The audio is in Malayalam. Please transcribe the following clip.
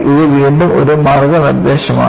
ഇത് വീണ്ടും ഒരു മാർഗ്ഗനിർദ്ദേശമാണ്